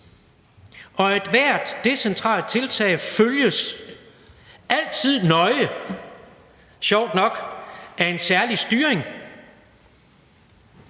Og ethvert decentralt tiltag følges altid nøje af en særlig styring,